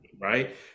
right